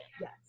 yes